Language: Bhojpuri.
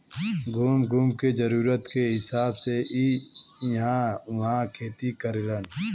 घूम घूम के जरूरत के हिसाब से इ इहां उहाँ खेती करेलन